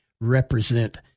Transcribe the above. represent